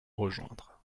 rejoindre